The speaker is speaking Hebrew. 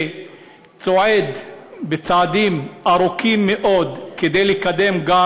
שצועד בצעדים ארוכים מאוד כדי לקדם גם